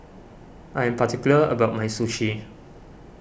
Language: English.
I am particular about my Sushi